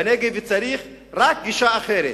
בנגב צריך רק גישה אחרת.